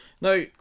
Now